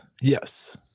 Yes